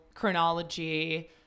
chronology